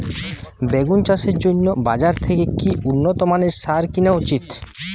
বেগুন চাষের জন্য বাজার থেকে কি উন্নত মানের সার কিনা উচিৎ?